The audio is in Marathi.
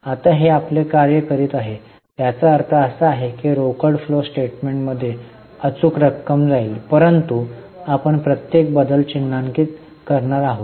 आता हे आपले कार्य करीत आहे याचा अर्थ असा नाही की रोकड फ्लो स्टेटमेंटमध्ये अचूक रक्कम जाईल परंतु आपण प्रत्येक बदल चिन्हांकित करणार आहोत